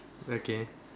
okay